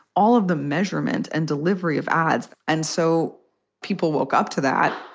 all of the measurement and delivery of ads. and so people woke up to that.